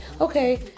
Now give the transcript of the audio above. okay